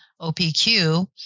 OPQ